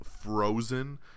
frozen